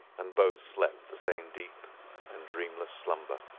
and both slept the same deep and dreamless slumber.